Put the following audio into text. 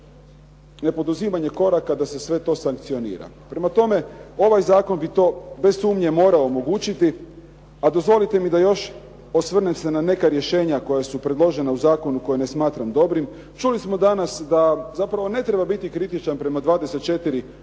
nepoduzimanje koraka da se sve to sankcionira. Prema tome, ovaj zakon bi to, bez sumnje morao omogućiti, a dozvolite mi da još osvrnem se na neka rješenja koja su predložena u zakonu koja ne smatram dobrim, čuli smo danas da, zapravo ne treba biti kritičan prema 24 nova